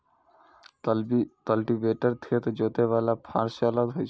cultivator खेत जोतय बला फाड़ सं अलग होइ छै